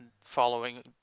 Following